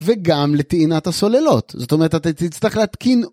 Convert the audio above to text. וגם לטעינת הסוללות, זאת אומרת, אתה תצטרך להתקין...